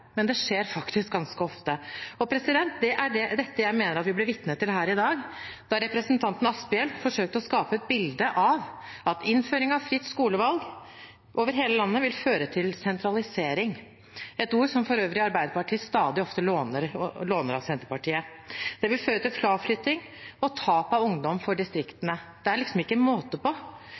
men det skjer faktisk ganske ofte. Det er dette jeg mener at vi ble vitne til her i dag da representanten Asphjell forsøkte å skape et bilde av at innføring av fritt skolevalg over hele landet vil føre til sentralisering – et ord som Arbeiderpartiet for øvrig stadig oftere låner av Senterpartiet – og fraflytting og tap av ungdom for distriktene. Det er liksom ikke måte på.